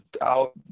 out